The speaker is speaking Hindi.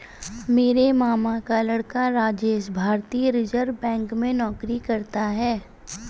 मेरे मामा का लड़का राजेश भारतीय रिजर्व बैंक में नौकरी करता है